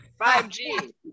5g